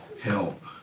help